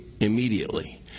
immediately